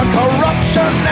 corruption